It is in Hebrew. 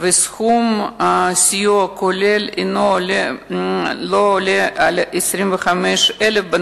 וסכום הסיוע הכולל אינו עולה על 25,000 שקלים,